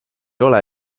ole